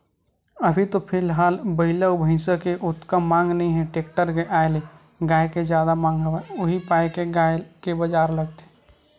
अभी तो फिलहाल बइला अउ भइसा के ओतका मांग नइ हे टेक्टर के आय ले गाय के जादा मांग हवय उही पाय के गाय के बजार लगथे